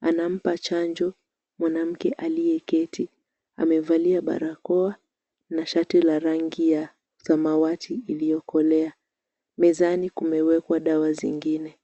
anampa chanjo mwanamke aliyeketi. Amevalia barakoa na shati la rangi ya samawati iliyokolea. Mezani kumewekwa dawa zingine.